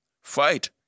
fight